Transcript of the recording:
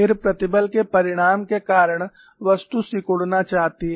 फिर प्रतिबल के परिणाम के कारण वस्तु सिकुड़ना चाहती है